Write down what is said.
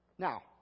Now